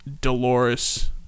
Dolores